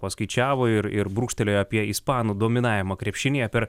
paskaičiavo ir ir brūkštelėjo apie ispanų dominavimą krepšinyje per